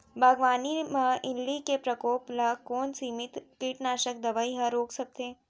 बागवानी म इल्ली के प्रकोप ल कोन सीमित कीटनाशक दवई ह रोक सकथे?